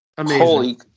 Holy